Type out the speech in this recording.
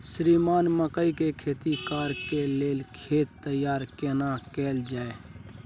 श्रीमान मकई के खेती कॉर के लेल खेत तैयार केना कैल जाए?